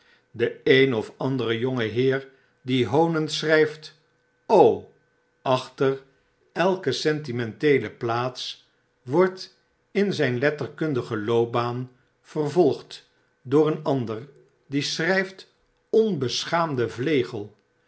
de een of andere jongeheer die hoonend schrgft achter elke sentimenteele plaats wordt in zgn letterkundigen loopbaan vervolgd door een ander die schrnft onbeschaamde vlegel